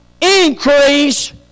increase